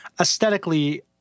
aesthetically